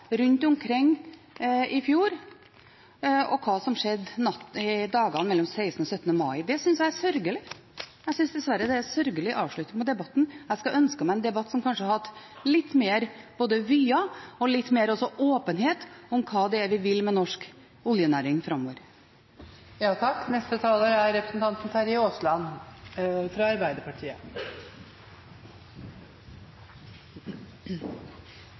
rundt omkring i fjor, og hva som skjedde mellom 16. og 17. mai. Det synes jeg er sørgelig. Jeg synes dessverre det er en sørgelig avslutning på debatten. Jeg skulle ønsket meg en debatt som kanskje hadde litt mer vyer og også litt mer åpenhet om hva vi vil med norsk oljenæring framover. Representanten Terje Aasland